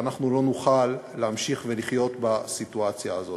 ואנחנו לא נוכל להמשיך ולחיות בסיטואציה הזאת.